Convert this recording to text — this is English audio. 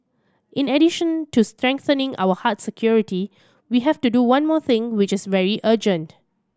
in addition to strengthening our hard security we have to do one more thing which is very urgent